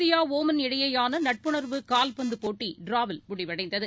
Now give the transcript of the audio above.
India Oman இடையேயானநட்புணர்வு கால்பந்துப் போட்டி டிராவில் முடிவடைந்தது